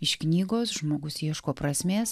iš knygos žmogus ieško prasmės